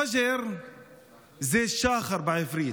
פג'ר זה שחר בעברית.